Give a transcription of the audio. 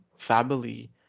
Family